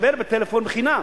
אפשר לדבר בטלפון בחינם,